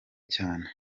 cyane